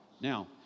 Now